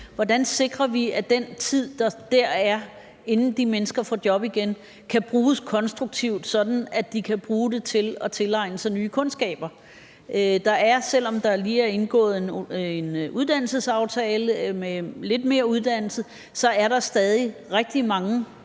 Hvordan sikrer vi, at den tid, der går, inden de mennesker får job igen, kan bruges konstruktivt, sådan at de kan bruge det til at tilegne sig nye kundskaber? Der er, selv om der lige er indgået en uddannelsesaftale med lidt mere uddannelse, stadig rigtig mange barrierer